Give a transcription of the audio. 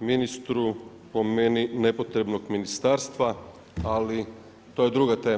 ministru, po meni, nepotrebnog ministarstva, ali to je druga tema.